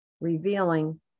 revealing